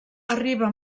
arriba